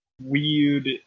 weird